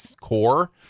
core